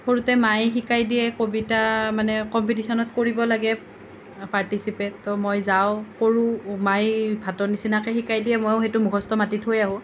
সৰুতে মায়ে শিকাই দিয়ে কবিতা মানে কম্পিটিশ্যনত কৰিব লাগে পাৰ্টিচিপেট ত' মই যাওঁ কৰোঁ মাই ভাটৌ নিচিনাকৈ শিকাই দিয়ে মইও সেইটো মুখস্থ মাতি থৈ আহোঁ